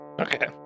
okay